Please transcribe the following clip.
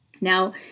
Now